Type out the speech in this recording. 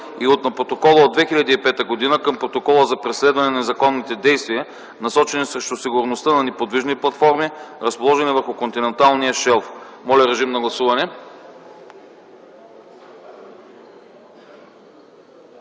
и на Протокола от 2005 г. към Протокола за преследване на незаконните действия, насочени срещу сигурността на неподвижни платформи, разположени върху континенталния шелф. Гласували